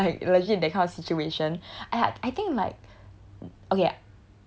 if like legit that kind of situation !aiya! I think like